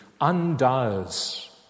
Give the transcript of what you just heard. undoes